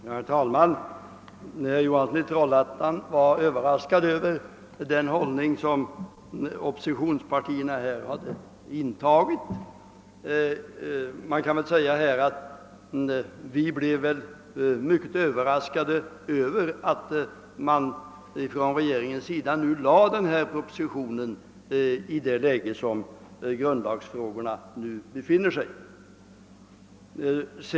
Herr talman! Herr Johansson i Trollhättan var överraskad över den hållning som oppositionspartierna intagit. Men vi kan väl säga att vi blev överraskade av att regeringen lade fram denna proposition i det läge som grundlagsfrågorna nu befinner sig i.